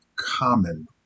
common